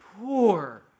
poor